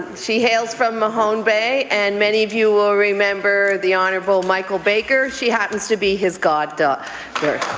she hails from mahone bay and many of you will remember the honourable michael baker. she happens to be his god the